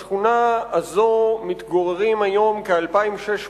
בשכונה הזאת מתגוררים היום כ-2,600